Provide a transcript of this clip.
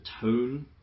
tone